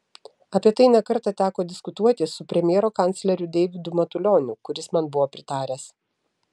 apie tai ne kartą teko diskutuoti su premjero kancleriu deividu matulioniu kuris man buvo pritaręs